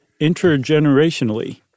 intergenerationally